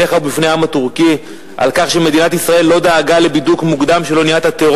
ממשלת טורקיה על אירועי המשט לעזה של האונייה "מרמרה".